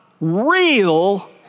real